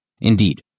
Indeed